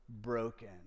broken